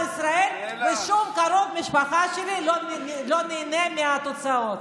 ושום קרוב משפחה שלי לא נהנה מהתוצאות.